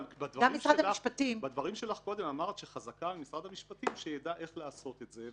אבל בדברים שלך אמרת קודם שחזקה על משרד המשפטים שיידע איך לעשות את זה.